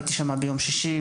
הייתי שם ביום שישי,